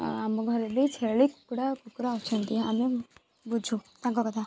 ଆଉ ଆମ ଘରେ ବି ଛେଳି କୁକୁଡ଼ା କୁକୁର ଅଛନ୍ତି ଆମେ ବୁଝୁ ତାଙ୍କ କଥା